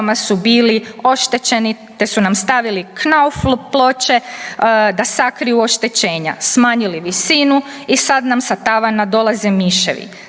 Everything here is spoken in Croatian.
su bili oštećeni, te su nam stavili knauf ploče da sakriju oštećenja, smanjili visinu i sad nam sa tavana dolaze miševi.